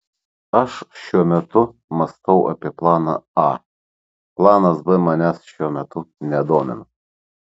aš šiuo metu mąstau apie planą a planas b manęs šiuo metu nedomina